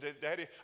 Daddy